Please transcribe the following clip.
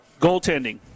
Goaltending